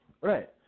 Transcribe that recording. Right